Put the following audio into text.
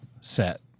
set